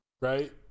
Right